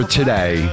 today